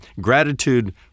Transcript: Gratitude